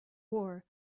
war